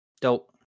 Dope